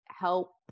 help